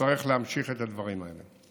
יצטרך להמשיך את הדברים האלה.